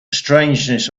strangeness